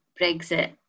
Brexit